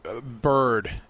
bird